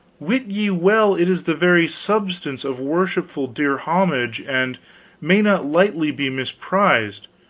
wit ye well it is the very substance of worshipful dear homage and may not lightly be misprized,